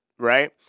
Right